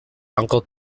uncle